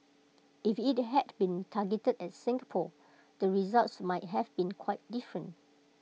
if IT had been targeted at Singapore the results might have been quite different